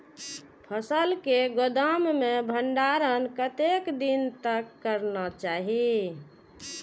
फसल के गोदाम में भंडारण कतेक दिन तक करना चाही?